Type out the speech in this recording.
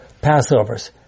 Passovers